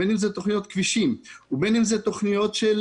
בין אם אלה תוכניות כבישים ובין אם אלה תוכניות של